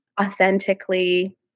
authentically